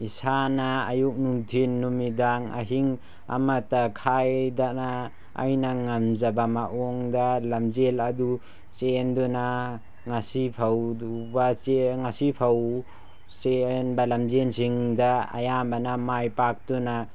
ꯏꯁꯥꯅ ꯑꯌꯨꯛ ꯅꯨꯡꯗꯤꯜ ꯅꯨꯃꯤꯗꯥꯡ ꯑꯍꯤꯡ ꯑꯃꯇ ꯈꯥꯏꯗꯅ ꯑꯩꯅ ꯉꯝꯖꯕ ꯃꯑꯣꯡꯗ ꯂꯝꯖꯦꯜ ꯑꯗꯨ ꯆꯦꯟꯗꯨꯅ ꯉꯁꯤ ꯐꯥꯎꯕ ꯆꯦꯟꯕ ꯂꯝꯖꯦꯜꯁꯤꯡꯗ ꯑꯌꯥꯝꯕꯅ ꯃꯥꯏ ꯄꯥꯛꯇꯨꯅ